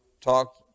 talk